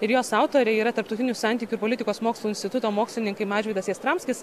ir jos autoriai yra tarptautinių santykių ir politikos mokslų instituto mokslininkai mažvydas jastramskis